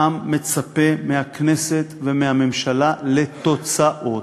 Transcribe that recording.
העם מצפה מהכנסת ומהממשלה לתוצאות.